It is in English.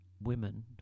Women